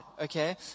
okay